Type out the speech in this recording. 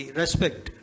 respect